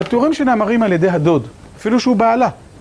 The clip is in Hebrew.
אתם רואים שנאמרים על ידי הדוד, אפילו שהוא בעלה.